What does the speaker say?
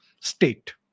state